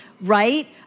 right